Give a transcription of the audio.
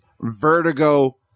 Vertigo